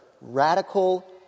radical